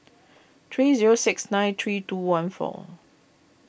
three zero six nine three two one four